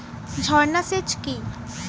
ঝর্না সেচ কি?